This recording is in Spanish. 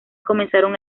comenzaron